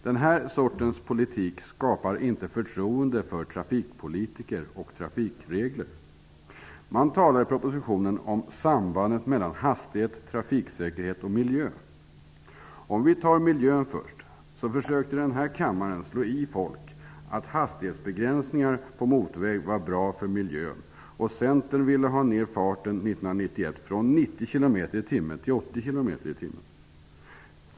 Den här sortens politik skapar inte förtroende för trafikpolitiker och trafikregler. Man talar i propositionen om sambandet mellan hastighet, trafiksäkerhet och miljö. När det först gäller miljön försökte denna kammare slå i folk att hastighetsbegränsningar på motorväg var bra för miljön. Centern ville 1991 minska hastighetsgränsen från 90 km tim.